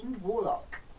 Warlock